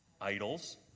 idols